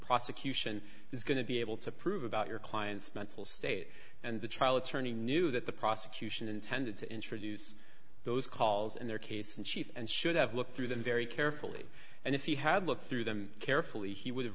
prosecution is going to be able to prove about your client's mental state and the trial attorney knew that the prosecution intended to introduce those calls in their case in chief and should have looked through them very carefully and if he had looked through them carefully he would